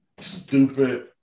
stupid